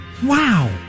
Wow